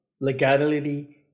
legality